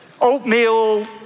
Oatmeal